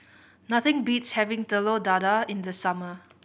nothing beats having Telur Dadah in the summer